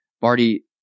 Barty